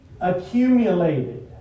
accumulated